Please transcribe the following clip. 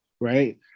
right